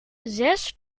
zes